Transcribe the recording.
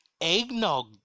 Eggnog